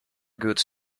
goods